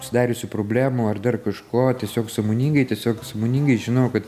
susidariusių problemų ar dar kažko tiesiog sąmoningai tiesiog sąmoningai žinojau kad